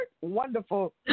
Wonderful